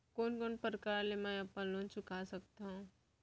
कोन कोन प्रकार ले मैं अपन लोन चुका सकत हँव?